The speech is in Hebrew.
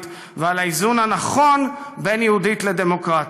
ועל האיזון הנכון בין יהודית לדמוקרטית.